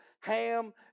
ham